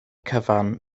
cyfan